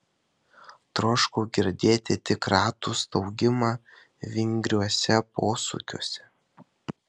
troškau girdėti tik ratų staugimą vingriuose posūkiuose